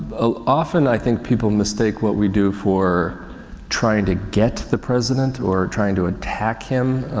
a, often i think people mistake what we do for trying to get the president or trying to attack him.